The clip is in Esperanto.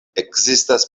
ekzistas